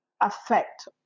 affect